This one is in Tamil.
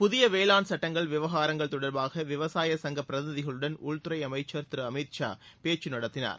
புதியவேளாண் சுட்டங்கள் விவகாரங்கள் தொடர்பாகவிவசாயசங்கபிரதிநிதிகளுடன் உள்துறைஅமைச்சர் திருஅமித் ஷா பேச்சுநடத்தினார்